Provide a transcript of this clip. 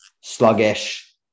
sluggish